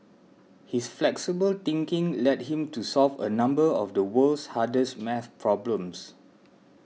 his flexible thinking led him to solve a number of the world's hardest math problems